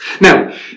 Now